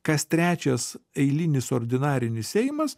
kas trečias eilinis ordinarinis seimas